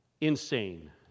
Insane